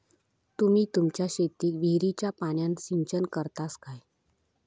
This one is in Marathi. तुम्ही तुमच्या शेतीक विहिरीच्या पाण्यान सिंचन करतास काय?